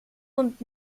und